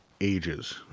ages